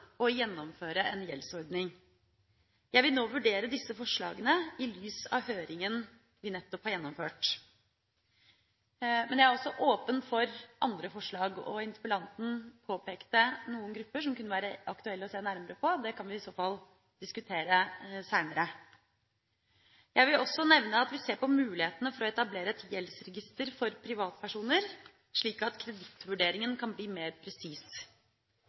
gjennomføre en gjeldsordning. Jeg vil nå vurdere disse forslagene i lys av høringa vi nettopp har gjennomført, men jeg er også åpen for andre forslag. Interpellanten påpekte noen grupper som kunne være aktuelle å se nærmere på. Det kan vi i så fall diskutere seinere. Jeg vil også nevne at vi ser på mulighetene for å etablere et gjeldsregister for privatpersoner, slik at kredittvurderinga kan bli mer presis.